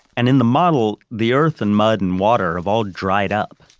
and in the model, the earth and mud and water have all dried up.